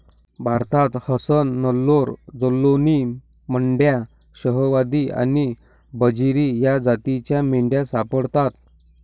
भारतात हसन, नेल्लोर, जालौनी, मंड्या, शाहवादी आणि बजीरी या जातींच्या मेंढ्या सापडतात